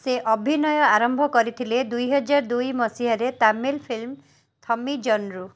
ସେ ଅଭିନୟ ଆରମ୍ଭ କରିଥିଲେ ଦୁଇହଜାର ଦୁଇ ମସିହାରେ ତାମିଲ୍ ଫିଲ୍ମ ଥମିଜନରୁ